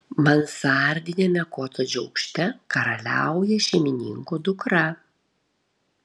mansardiniame kotedžo aukšte karaliauja šeimininkų dukra